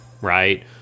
right